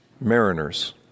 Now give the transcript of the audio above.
mariners